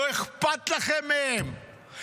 לא אכפת לכם מהם,